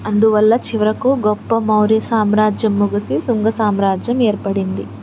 అందువల్ల చివరకు గొప్ప మౌర్య సామ్రాజ్యం ముగిసి శుంగ సామ్రాజ్యం ఏర్పడింది